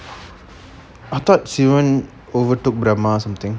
I thought sivan over to brahma or something